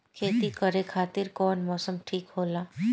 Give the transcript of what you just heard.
खेती करे खातिर कौन मौसम ठीक होला?